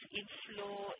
inflow